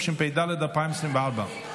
התשפ"ד 2024,